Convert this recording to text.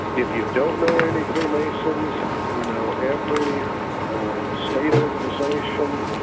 if you don't know any free masons you know every state organization